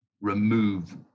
remove